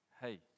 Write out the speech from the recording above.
hey